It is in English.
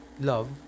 love